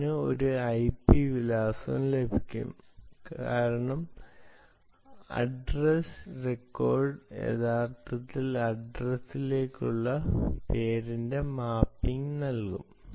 ഇതിന് ഈ ഐപി വിലാസം ലഭിക്കും കാരണം അഡ്രസ് റെക്കോർഡ് യഥാർത്ഥത്തിൽ അഡ്രസ്സി ലേക്കുള്ള പേരിന്റെ മാപ്പിംഗ് നൽകും